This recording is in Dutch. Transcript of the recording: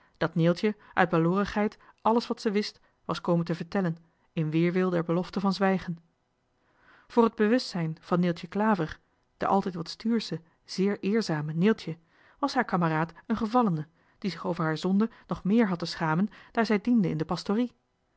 dat neeltje uit baloorigheid alles wat ze wist was komen te vertellen in weerwil der belofte van nog te zwijgen voor het bewustzijn van neeltje klaver de altijd wat stuursche zeer eerzame neeltje was haar kameraad johan de meester de zonde in het deftige dorp een gevallene die zich over haar zonde nog meer had te schamen daar zij diende in de pastorie